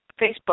Facebook